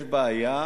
יש בעיה,